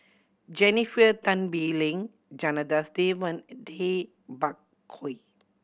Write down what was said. Jennifer Tan Bee Leng Janadas Devan and Tay Bak Koi